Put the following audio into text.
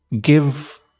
give